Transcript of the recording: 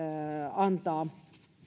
antaa